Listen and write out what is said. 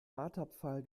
marterpfahl